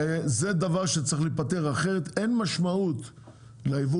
זה דבר שצריך להיפתר אחרת אין משמעות ליבוא